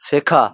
শেখা